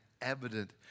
evident